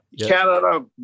Canada